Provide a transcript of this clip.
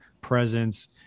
presence